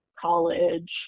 college